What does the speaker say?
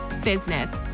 business